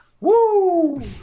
Woo